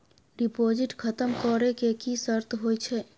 Deposit खतम करे के की सर्त होय छै?